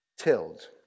tilled